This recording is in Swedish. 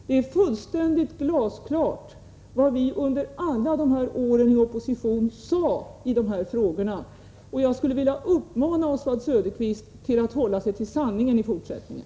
Det är glasklart vad vi under alla dessa år sade i dessa frågor. Jag skulle vilja uppmana Oswald Söderqvist att hålla sig till sanningen i fortsättningen.